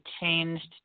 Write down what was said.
changed